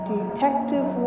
Detective